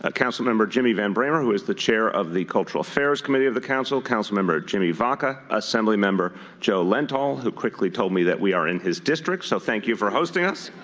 council member jimmy van bramer, who is the chair of the cultural affairs committee of the council, council member jimmy vacca, assembly member joe lentol, who quickly told me that we are in his district, so thank you for hosting us.